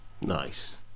Nice